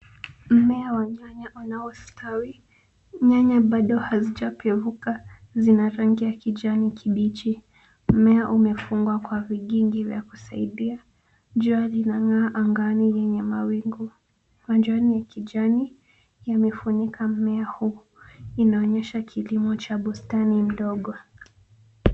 Mmea wa nyanya unaostawi, nyanya baado hazijepevuka. Zina rangi ya kijani kibichi. Mmea umefungwa kwa vigingi vya kusaidia, jua linang'aa angani lenye mawingu. Majani ya kijani yamefunika mmea huu. Inaonyesha kilimo cha bustani ndogo.